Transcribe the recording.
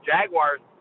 Jaguars